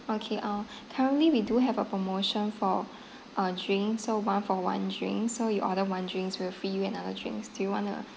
okay uh currently we do have a promotion for uh drinks so one for one drinks so you order one drinks we'll free you another drinks do you wanna